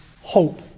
hope